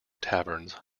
taverns